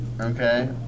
Okay